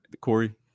Corey